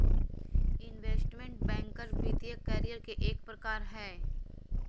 investment banker वित्तीय career के एक प्रकार हय